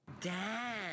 Dan